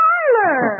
Tyler